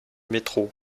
métro